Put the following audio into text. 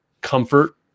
comfort